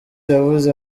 yavuze